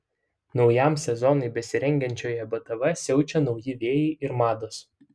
naujam sezonui besirengiančioje btv siaučia nauji vėjai ir mados